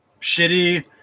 shitty